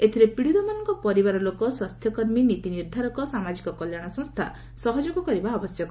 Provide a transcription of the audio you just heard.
ଏଥିରେ ପିଢ଼ିତମାନଙ୍କ ପରିବାର ଲୋକ ସ୍ୱାସ୍ଥ୍ୟ କର୍ମୀ ନୀତି ନିର୍ଦ୍ଧାରକ ସାମାଜିକ କଲ୍ୟାଣ ସଂସ୍ଥା ସହଯୋଗ କରିବା ଆବଶ୍ୟକ